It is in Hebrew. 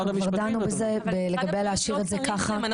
אנחנו כבר דנו בזה ולגבי להשאיר את זה ככה.